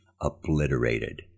obliterated